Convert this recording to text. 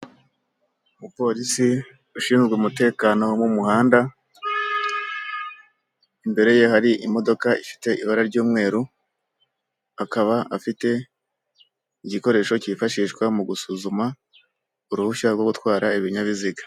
Umupolisi ushinzwe umutekano wo mu muhanda, imbere ye hari imodoka ifite ibara ry'umweru, akaba afite igikoresho cyifashishwa mu gusuzuma uruhushya rwo gutwara ibinyabiziga.